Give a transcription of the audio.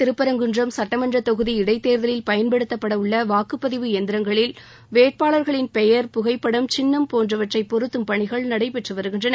திருப்பரங்குன்றம் சட்டமன்ற தொகுதி இடைத்தேர்தலில் பய்னபடுத்தப்பட உள்ள வாக்குப்பதிவு இயந்திரங்களில் வேட்பாளர்களின் பெயர் புகைப்படம் சின்னம் போன்றவற்றை பொருத்தும் பணிகள் நடைபெற்று வருகின்றன